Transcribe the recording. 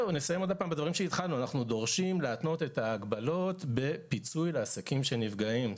אנחנו דורשים להתנות את ההגבלות בפיצוי לעסקים שנפגעים.